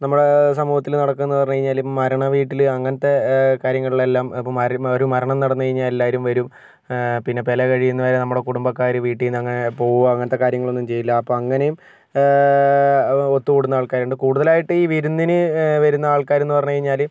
നമ്മുടെ സമൂഹത്തില് നടക്കുന്നതെന്ന് പറഞ്ഞു കഴിഞ്ഞാല് മരണ വീട്ടില് അങ്ങനത്തെ കാര്യങ്ങളിലെല്ലാം ഇപ്പം മരി ഒരു മരണം നടന്നു കഴിഞ്ഞാല് എല്ലാവരും വരും പിന്നെ പെല കഴിയുന്നവരെ നമ്മടെ കുടുംബക്കാര് വീട്ടിൽ നിന്ന് അങ്ങനെ പോവുകയോ അങ്ങനത്തെ കാര്യങ്ങള് ഒന്നും ചെയ്യില്ല അപ്പം അങ്ങനെയും ഒത്തുകൂടുന്ന ആള്ക്കാരുണ്ട് കൂടുതലായിട്ടും ഈ വിരുന്നിനു വരുന്ന ആള്ക്കാര് എന്ന് പറഞ്ഞു കഴിഞ്ഞാല്